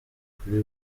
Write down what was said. kuri